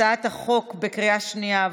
הצעת החוק עברה בקריאה שנייה.